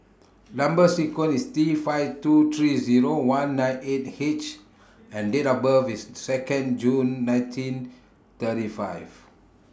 Number sequence IS T five two three Zero one nine eight H and Date of birth IS Second June nineteen thirty five